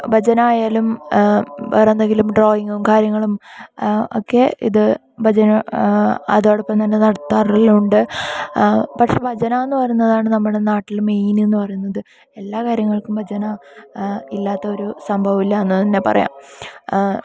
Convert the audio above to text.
ഭജന ആയാലും ബേറെന്തെങ്കിലും ഡ്രോയിങ്ങും കാര്യങ്ങളും ഒക്കെ ഇത് ഭജന അതോടൊപ്പം തന്നെ നടത്താറെല്ലാം ഉണ്ട് പക്ഷെ ഭജന എന്നു പറയുന്നതാണ് നമ്മുടെ നാട്ടിൽ മെയിൻ എന്നു പറയുന്നത് എല്ലാ കാര്യങ്ങൾക്കും ഭജന ഇല്ലാത്തൊരു സംഭവം ഇല്ലാ എന്നു തന്നെ പറയാം